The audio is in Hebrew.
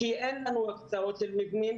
כי אין לנו רק הוצאות של מבנים,